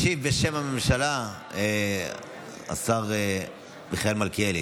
ישיב בשם הממשלה השר מיכאל מלכיאלי.